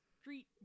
street